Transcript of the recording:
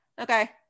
okay